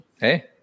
hey